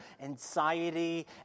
anxiety